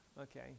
Okay